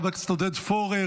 חבר הכנסת עודד פורר,